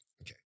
Okay